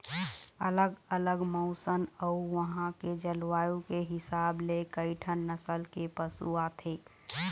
अलग अलग मउसन अउ उहां के जलवायु के हिसाब ले कइठन नसल के पशु आथे